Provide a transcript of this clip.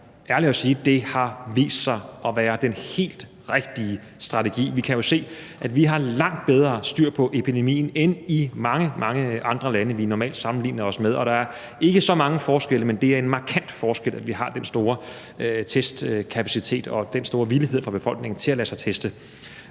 ærlig at sige, at det har vist sig at være den helt rigtige strategi. Vi kan jo se, at vi har langt bedre styr på epidemien end i mange, mange andre lande, vi normalt sammenligner os med. Der er ikke så mange forskelle, men det er en markant forskel, at vi har den store testkapacitet og den store villighed fra befolkningen til at lade sig teste